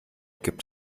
gibt